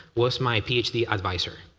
was my ph d. advisor.